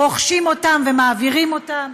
רוכשים ומעבירים אותם